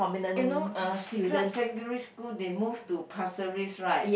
you know uh siglap secondary school they move to Pasir-Ris right